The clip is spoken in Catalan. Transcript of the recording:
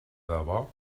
debò